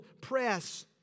press